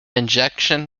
injunction